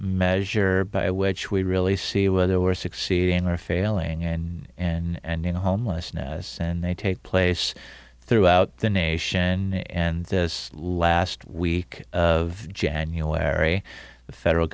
measure by which we really see whether we're succeeding or failing and and you know homelessness and they take place throughout the nation and this last week of january the federal